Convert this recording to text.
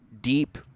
deep